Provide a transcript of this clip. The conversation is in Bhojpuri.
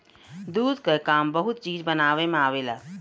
दूध क काम बहुत चीज बनावे में आवेला